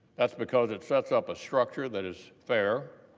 that's because it sets up a structure that is fair,